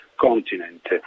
continent